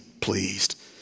pleased